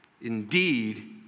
Indeed